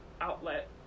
outlet